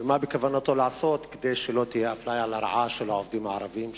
ומה בכוונתו לעשות כדי שלא תהיה אפליה לרעה של העובדים הערבים ברכבת.